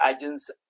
agents